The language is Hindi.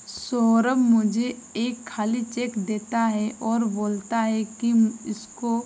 सौरभ मुझे एक खाली चेक देता है और बोलता है कि इसको